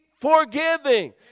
forgiving